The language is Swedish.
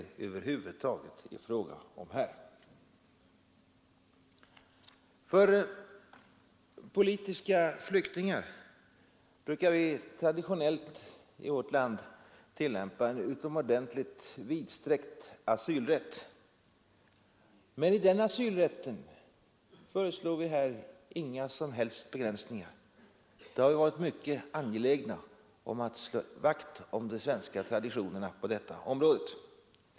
För politiska flyktingar brukar vi traditionellt i vårt land tillämpa en utomordentligt vidsträckt asylrätt. I denna asylrätt föreslås här inga som helst begränsningar. Vi har varit mycket angelägna om att slå vakt om de svenska traditionerna på detta område.